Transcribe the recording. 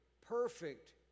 perfect